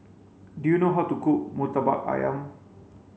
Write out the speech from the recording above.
do you know how to cook Murtabak Ayam